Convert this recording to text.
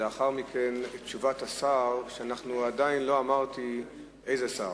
לאחר מכן תשובת השר, ועדיין לא אמרתי איזה שר.